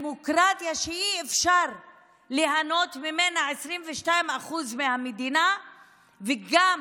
הדמוקרטיה שאי-אפשר שייהנו ממנה 22% מהמדינה וגם